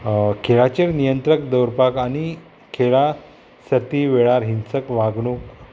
खेळाचेर नियंत्रक दवरपाक आनी खेळा सर्ती वेळार हिंसक वागणूक